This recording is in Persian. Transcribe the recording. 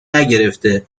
نگرفته